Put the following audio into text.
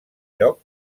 lloc